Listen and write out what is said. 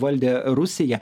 valdė rusiją